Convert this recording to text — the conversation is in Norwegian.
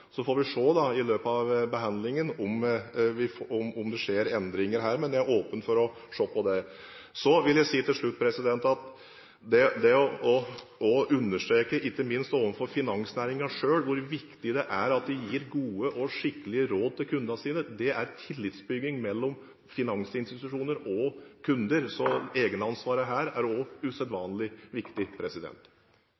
Så får vi se – i løpet av behandlingen – om det skjer endringer her, men jeg er åpen for å se på det. Til slutt vil jeg si at det å understreke – ikke minst overfor finansnæringen selv – hvor viktig det er at de gir gode og skikkelige råd til kundene sine, er tillitsbygging mellom finansinstitusjoner og kunder. Egenansvaret her er